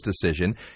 decision